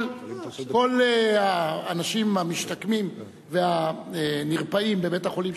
כל האנשים המשתקמים והנרפאים בבית-החולים